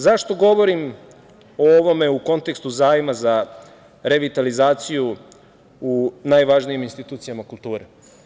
Zašto govorim o ovome u kontekstu zajma za revitalizaciju u najvažnijim institucijama kulture?